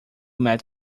met